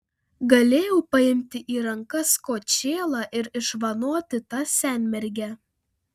galėjau paimti į rankas kočėlą ir išvanoti tą senmergę